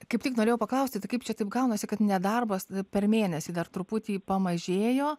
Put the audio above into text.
kaip tik norėjau paklausti tai kaip čia taip gaunasi kad nedarbas per mėnesį dar truputį pamažėjo